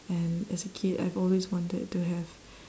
and as a kid I've always wanted to have